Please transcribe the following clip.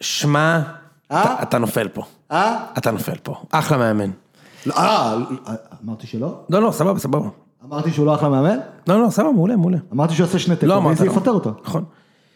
שמע, אתה נופל פה, אתה נופל פה, אחלה מאמן. אמרתי שלא? לא, לא, סבבה, סבבה. אמרתי שהוא לא אחלה מאמן? לא, לא, סבבה, מעולה, מעולה. אמרתי שהוא עושה שני טקווים, צריך לפטר אותו. נכון.